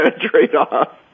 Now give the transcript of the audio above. trade-off